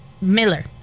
Miller